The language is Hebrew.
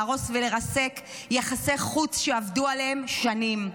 להרוס ולרסק יחסי חוץ שעבדו עליהם שנים.